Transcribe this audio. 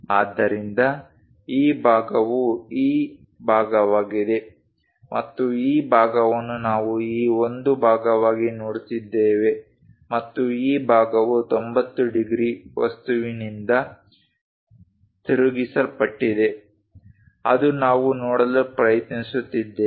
ಆದ್ದರಿಂದ ಈ ಭಾಗವು ಈ ಭಾಗವಾಗಿದೆ ಮತ್ತು ಈ ಭಾಗವನ್ನು ನಾವು ಈ ಒಂದು ಭಾಗವಾಗಿ ನೋಡುತ್ತಿದ್ದೇವೆ ಮತ್ತು ಈ ಭಾಗವು 90 ಡಿಗ್ರಿ ವಸ್ತುವಿನಿಂದ ತಿರುಗಿಸಲ್ಪಟ್ಟಿದೆ ಅದು ನಾವು ನೋಡಲು ಪ್ರಯತ್ನಿಸುತ್ತಿದ್ದೇವೆ